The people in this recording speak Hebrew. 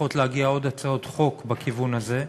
צריכות להגיע עוד הצעות חוק בכיוון הזה,